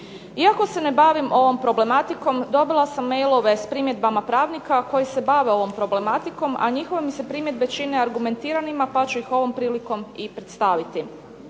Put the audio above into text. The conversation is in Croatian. Iako se ne bavim ovom problematikom dobila sam mailove s primjedbama pravnika koji se bave ovom problematikom, a njihove mi se primjedbe čine argumentiranima pa ću ih ovom prilikom i predstaviti.